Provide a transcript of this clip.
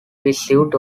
received